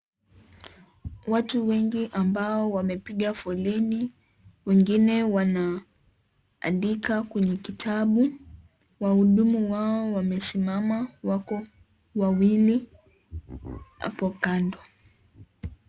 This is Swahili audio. Watu wengi ambao wamepiga foleni, wengine wanaandika kwenye kitabu. Wahudumu wao wamesimama wako wawili hapo kando.